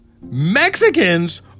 Mexicans